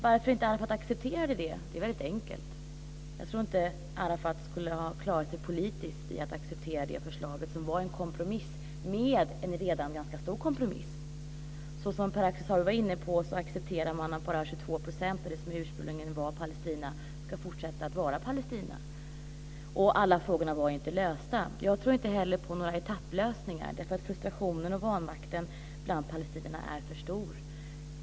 Varför Arafat inte accepterade det är väldigt enkelt. Jag tror inte att Arafat skulle ha klarat sig politiskt om han hade accepterat detta förslag som var en kompromiss. Som Pär Axel Sahlberg var inne på så accepterar man att bara 22 % av det som ursprungligen var Palestina ska fortsätta att vara Palestina. Och alla frågorna var inte lösta. Jag tror inte heller på några etapplösningar därför att frustrationen och vanmakten bland palestinierna är för stor.